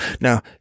Now